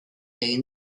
egin